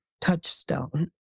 touchstone